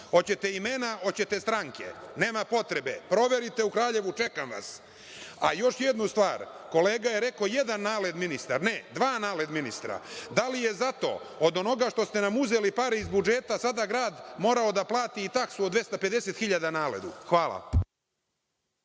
Hoćete imena? Hoćete stranke? Nema potrebe. Proverite u Kraljevu, čekam vas. Još jedna stvar. Kolega je rekao – jedan NALED ministar. Ne, dva NALED ministra. Da li je zato, od onoga što ste nam uzeli pare iz budžeta, sada grad morao da plati i taksu od 250 hiljada NALED-u? Hvala.